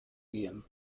gehen